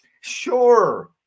Sure